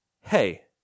hey